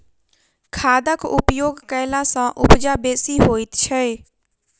खादक उपयोग कयला सॅ उपजा बेसी होइत छै